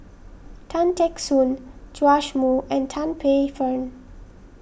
Tan Teck Soon Joash Moo and Tan Paey Fern